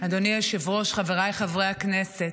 אדוני היושב-ראש, חבריי חברי הכנסת,